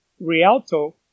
Rialto